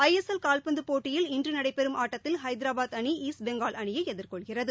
ஐ S L கால்பந்து போட்டியில் இன்று நடைபெறும் ஆட்டத்தில் ஹைதராபாத் அணி ஈஸ்ட் பெங்கால் அணியை எதிர்கொள்கிறது